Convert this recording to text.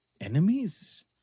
enemies